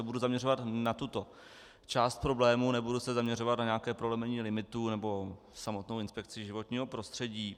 Budu se zaměřovat na tuto část problémů, nebudu se zaměřovat na nějaké prolomení limitů nebo samotnou inspekci životního prostředí.